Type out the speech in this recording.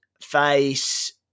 face